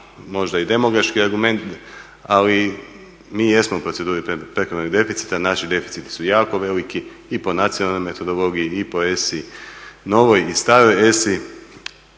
možda i demagoški argument, ali mi jesmo u proceduri prekomjernog deficita. Naši deficiti su jako veliki i po nacionalnoj metodologiji i po ESI novoj i staroj ESI.